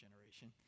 generation